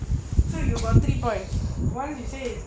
so you got three points what is you says